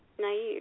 naive